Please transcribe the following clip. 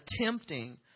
attempting